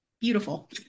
beautiful